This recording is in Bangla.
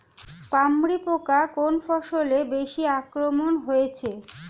পামরি পোকা কোন ফসলে বেশি আক্রমণ হয়েছে?